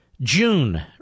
June